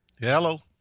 Hello